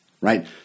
Right